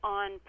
on